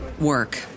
work